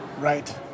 Right